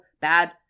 bad